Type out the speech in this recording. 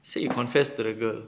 say you confess to the girl